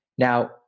Now